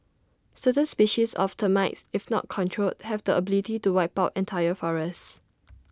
certain species of termites if not controlled have the ability to wipe out entire forests